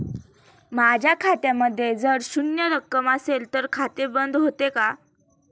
माझ्या खात्यामध्ये जर शून्य रक्कम असेल तर खाते बंद होते का?